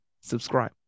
subscribe